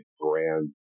brand